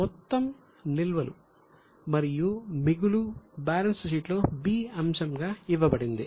మొత్తం నిల్వలు మరియు మిగులు బ్యాలెన్స్ షీట్లో 'b' అంశంగా ఇవ్వబడింది